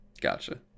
Gotcha